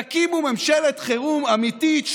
תקימו ממשלת חירום אמיתית,